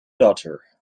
daughter